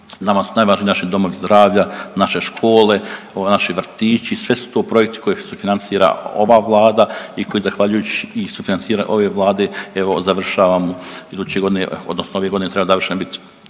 nama su najvažniji naši domovi zdravlja, naše škole, evo naši vrtići, sve su to projekti koje sufinancira ova vlada i koji zahvaljujući sufinancira ove Vlade, evo završavam, iduće godine odnosno ove godine treba završen bit